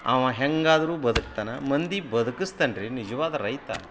ಅವ ಹೇಗಾದ್ರು ಬದುಕ್ತಾನೆ ಮಂದಿ ಬದುಕಿಸ್ತಾನ್ ರೀ ನಿಜವಾದ ರೈತ